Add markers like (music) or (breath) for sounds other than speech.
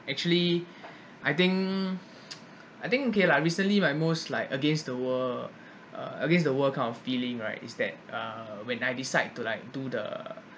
actually (breath) I think (noise) I think okay lah recently my most like against the world (breath) uh against the world kind of feeling right is that uh when I decide to like do the